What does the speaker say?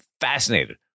fascinated